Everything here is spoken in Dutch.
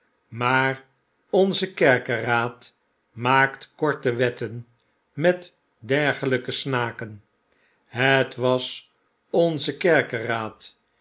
maar onze kerkeraad maakt korte wetten met dergelijke snaken het was onze kerkeraad